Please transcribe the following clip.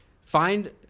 Find